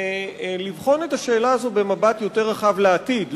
ולבחון את השאלה הזאת במבט יותר רחב לעתיד,